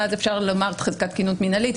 ואז אפשר לומר את חזקת תקינות מינהלית,